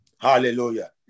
Hallelujah